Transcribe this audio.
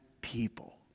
people